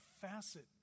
facet